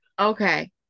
Okay